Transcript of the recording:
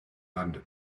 london